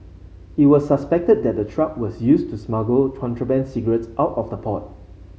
it was suspected that the truck was used to smuggle contraband cigarettes out of the port